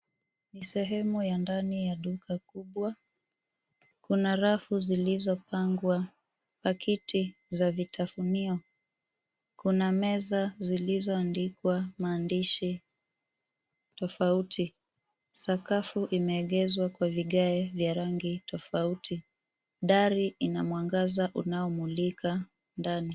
Ni sehemu ya ndani ya duka kubwa, kuna rafu zilizopangwa paketi za vitafunio. Kuna meza zilizoandikwa maandishi tofauti, sakafu imeegezwa kwa vigae vya rangi tofauti. Dari ina mwangaza unaomulika ndani.